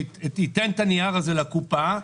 ותיתן את הנייר הזה לקופה,